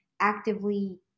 actively